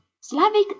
slavic